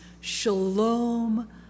shalom